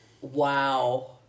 Wow